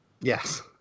Yes